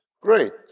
Great